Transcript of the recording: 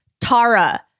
Tara